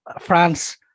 France